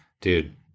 Dude